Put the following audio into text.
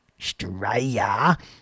straya